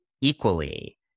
equally